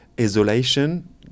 isolation